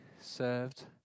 served